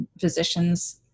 physicians